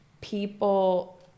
people